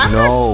no